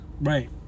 right